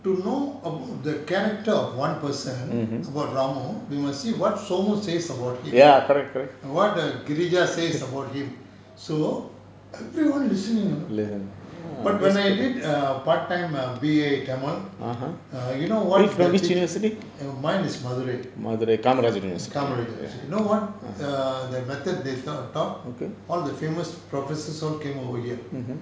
to know about the character of one person abour ramo we must see what sumo says about him what err greja says about him so everyone listening you know but when I did err part time B_A tamil err you know what they teach mine is madurai kamarajar university you know what err the method they taught all the famous professors all came over here